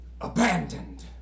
Abandoned